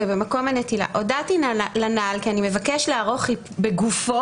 במקום הנטילה הודעתי לנ"ל כי אני מבקש לערוך בגופו